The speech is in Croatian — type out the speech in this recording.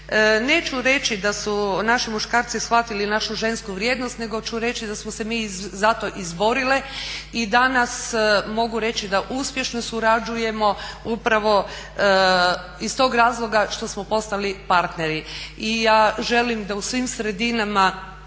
Neću reći da su naši muškarci shvatili našu žensku vrijednost, nego ću reći da smo se mi zato izborile i danas mogu reći da uspješno surađujemo upravo iz toga razloga što smo postali partneri. I ja želim da u svim sredinama